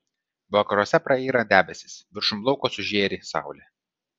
vakaruose prayra debesys viršum lauko sužėri saulė